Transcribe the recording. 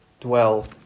dwell